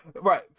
Right